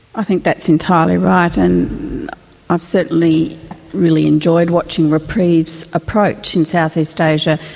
i think that's entirely right. and i've certainly really enjoyed watching reprieve's approach in southeast asia.